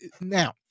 now